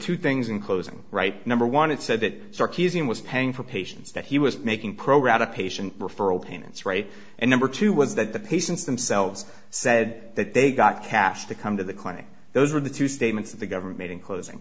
two things in closing right number one it said that shark using was paying for patients that he was making progress at a patient referral payments right and number two was that the patients themselves said that they got cash to come to the clinic those were the two statements that the government made in closing